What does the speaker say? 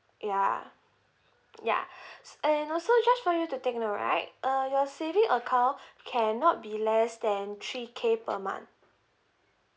ya ya and also just for you to take note right uh your saving account cannot be less than three K per month